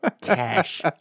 cash